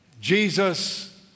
Jesus